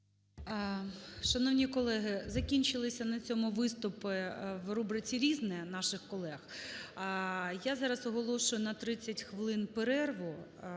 Шановні колеги, закінчилися на цьому виступи у рубриці "Різне" наших колег. Я зараз оголошую на 30 хвилин перерву